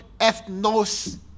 ethnos